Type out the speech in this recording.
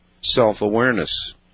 self-awareness